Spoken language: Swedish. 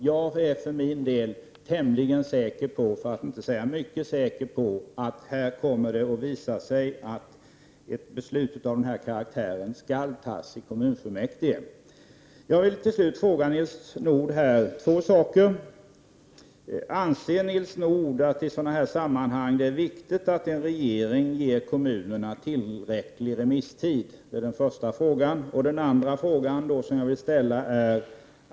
Jag är för min del tämligen, för att inte säga mycket säker på att det kommer att visa sig att ett beslut av denna karaktär skall fattas i kommunfullmäktige. Slutligen vill jag fråga Nils Nordh: Anser Nils Nordh att det i sådana här sammanhang är viktigt att en regering ger kommunerna tillräckligt lång remisstid?